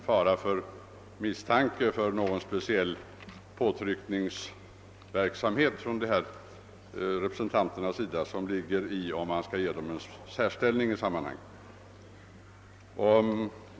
Herr Börjesson har redan påpekat att de oftentliga representanterna kan misstänkas för att utnyttja sin särställning till påtryckningar.